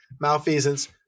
Malfeasance